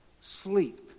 sleep